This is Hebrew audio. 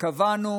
קבענו